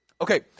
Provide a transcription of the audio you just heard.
Okay